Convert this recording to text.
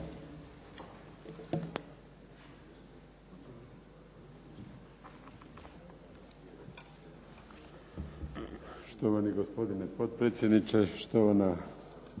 Štovani gospodine potpredsjedniče, štovana